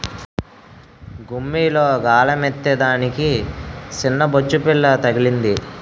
గుమ్మిలో గాలమేత్తే దానికి సిన్నబొచ్చుపిల్ల తగిలింది